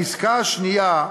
העסקה השנייה,